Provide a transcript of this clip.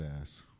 ass